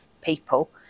people